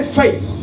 faith